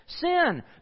sin